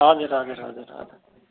हजुर हजुर हजुर हजुर